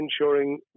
ensuring